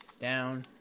down